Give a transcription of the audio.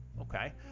okay